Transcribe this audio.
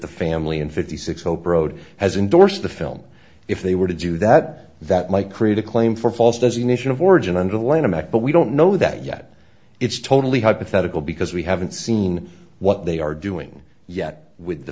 the family in fifty six hope road has endorsed the film if they were to do that that might create a claim for false designation of origin underlining back but we don't know that yet it's totally hypothetical because we haven't seen what they are doing yet with the